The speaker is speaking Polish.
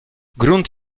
grunt